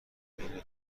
اینه